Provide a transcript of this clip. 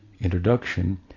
introduction